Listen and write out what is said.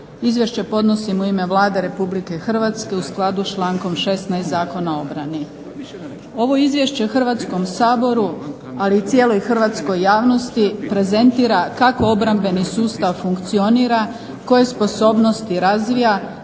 Izvješće podnosim u ime Vlade Republike Hrvatske u skladu s člankom 16. Zakona o obrani. Ovo izvješće Hrvatskom saboru ali i cijeloj hrvatskoj javnosti prezentira kako obrambeni sustav funkcionira, koje sposobnosti razvija,